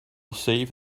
save